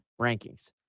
rankings